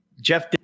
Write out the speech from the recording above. Jeff